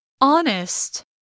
Honest